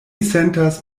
sentas